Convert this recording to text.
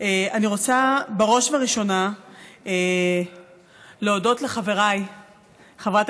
רוצה בראש ובראשונה להודות לחבריי חברת